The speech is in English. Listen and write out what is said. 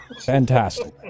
Fantastic